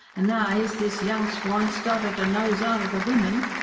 and now ere's this young swine started to nose arter the wimmin.